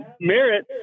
merit